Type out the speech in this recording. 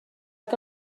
que